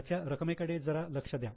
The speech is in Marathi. याच्या रकमेकडे जरा लक्ष द्या